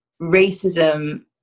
racism